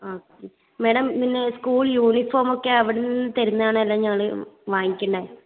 ഒക്കെ മേഡം പിന്നെ സ്കൂൾ യൂണിഫോമൊക്കെ അവിടെ നിന്ന് തരുന്നതാണോ ഞങ്ങൾ വാങ്ങിക്കണോ